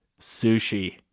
sushi